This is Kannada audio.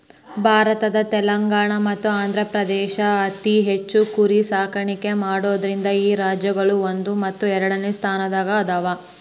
ಭಾರತದ ತೆಲಂಗಾಣ ಮತ್ತ ಆಂಧ್ರಪ್ರದೇಶ ಅತಿ ಹೆಚ್ಚ್ ಕುರಿ ಸಾಕಾಣಿಕೆ ಮಾಡೋದ್ರಿಂದ ಈ ರಾಜ್ಯಗಳು ಒಂದು ಮತ್ತು ಎರಡನೆ ಸ್ಥಾನದಾಗ ಅದಾವ